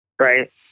right